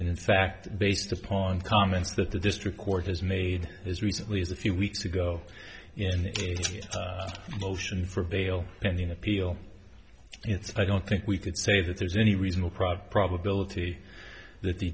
and in fact based upon comments that the district court has made as recently as a few weeks ago in motion for bail pending appeal it's i don't think we could say that there's any reasonable profit probability that the